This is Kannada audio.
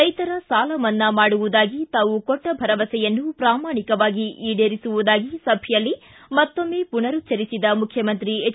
ರೈತರ ಸಾಲ ಮನ್ನಾ ಮಾಡುವುದಾಗಿ ತಾವು ಕೊಟ್ಟ ಭರವಸೆಯನ್ನು ಪ್ರಾಮಾಣಿಕವಾಗಿ ಈಡೇರಿಸುವುದಾಗಿ ಸಭೆಯಲ್ಲಿ ಮತ್ತೊಮ್ಮೆ ಪುನರುಚ್ಚರಿಸಿದ ಮುಖ್ಯಮಂತ್ರಿ ಎಚ್